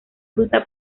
fruta